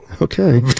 Okay